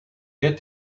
get